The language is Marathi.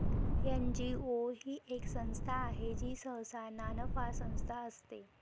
एन.जी.ओ ही एक संस्था आहे जी सहसा नानफा संस्था असते